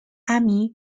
army